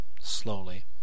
slowly